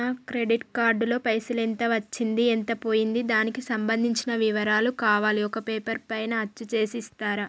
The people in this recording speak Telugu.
నా క్రెడిట్ కార్డు లో పైసలు ఎంత వచ్చింది ఎంత పోయింది దానికి సంబంధించిన వివరాలు కావాలి ఒక పేపర్ పైన అచ్చు చేసి ఇస్తరా?